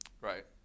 Right